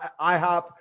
IHOP